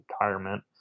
retirement